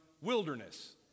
wilderness